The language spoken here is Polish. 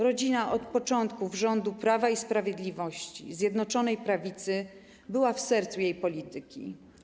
Rodzina od początku rządów Prawa i Sprawiedliwości i Zjednoczonej Prawicy była w sercu polityki.